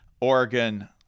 Oregon